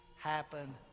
happen